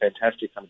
fantastic